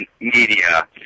media